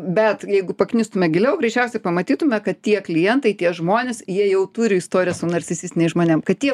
bet jeigu paknistume giliau greičiausiai pamatytume kad tie klientai tie žmonės jie jau turi istorijas su narcisistiniais žmonėm kad tie